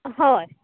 होय